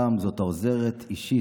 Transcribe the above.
הפעם זאת עוזרת אישית,